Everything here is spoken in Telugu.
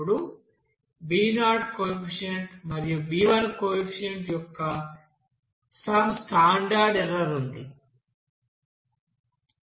ఇప్పుడు b0 కోఎఫిషియెంట్ మరియు b1 కోఎఫిషియెంట్ యొక్క సమ్ స్టాండర్డ్ ఎర్రర్ ఉంది